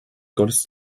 gottes